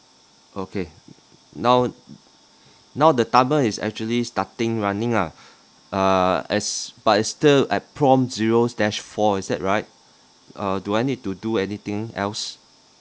okay now now the timer is actually starting running lah uh as but it's still at prompt zero dash four is that right uh do I need to do anything else